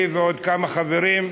שלי ועוד כמה חברים,